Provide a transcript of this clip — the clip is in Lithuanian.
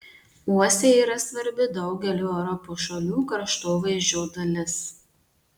uosiai yra svarbi daugelio europos šalių kraštovaizdžio dalis